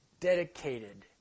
Dedicated